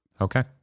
Okay